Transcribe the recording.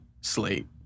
slate